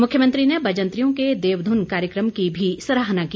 मुख्यमंत्री ने बजंतरियों के देवधुन कार्यक्रम की भी सराहना की